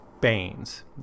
Baines